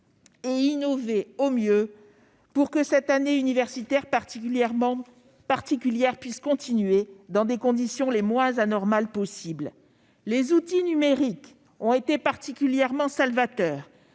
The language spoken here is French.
et innover au mieux pour que cette année scolaire particulière puisse continuer dans des conditions les moins anormales possible. Les outils numériques ont été particulièrement salvateurs